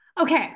Okay